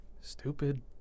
stupid